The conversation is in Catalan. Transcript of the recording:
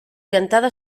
orientada